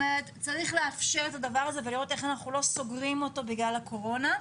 צריך לאפשר את הדבר הזה ולראות איך אנחנו לא סוגרים אותו בגלל הקורונה.